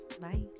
Bye